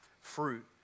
fruit